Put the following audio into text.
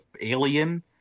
Alien